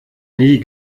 nie